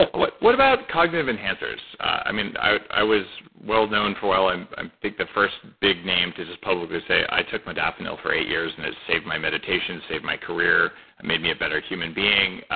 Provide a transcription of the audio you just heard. what what about cognitive enhancers? i mean, i i was well known for, well, and i think the first big name to just publicly say, i took modafinil for eight years and it saved my meditation saved my career, it made me a better human being,